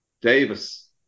Davis